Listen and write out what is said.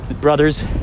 brothers